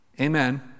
Amen